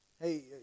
Hey